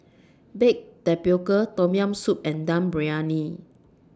Baked Tapioca Tom Yam Soup and Dum Briyani